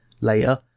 later